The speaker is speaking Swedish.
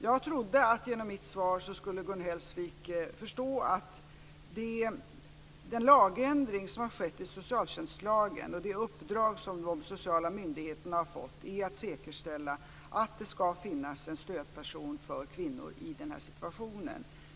Jag trodde att Gun Hellsvik genom mitt svar skulle förstå att den lagändring som har skett i socialtjänstlagen och det uppdrag som de sociala myndigheterna har fått är att säkerställa att det ska finnas en stödperson för kvinnor i den här situationen.